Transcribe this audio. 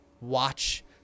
watch